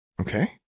okay